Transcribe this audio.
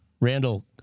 Randall